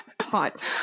hot